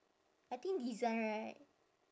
I think design right